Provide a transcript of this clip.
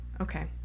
Okay